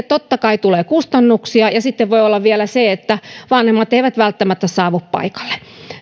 totta kai tulee kustannuksia ja sitten voi olla vielä se että vanhemmat eivät välttämättä saavu paikalle